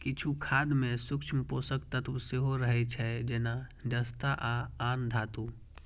किछु खाद मे सूक्ष्म पोषक तत्व सेहो रहै छै, जेना जस्ता आ आन धातु